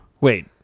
Wait